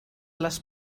les